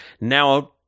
now